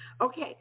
Okay